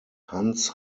hans